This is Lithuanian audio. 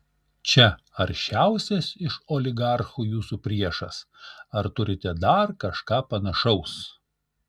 čia aršiausias iš oligarchų jūsų priešas ar turite dar kažką panašaus